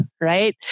right